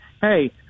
Hey